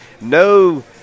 no